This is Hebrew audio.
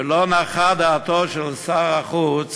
ולא נחה דעתו של שר החוץ